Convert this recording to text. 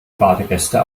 badegäste